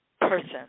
person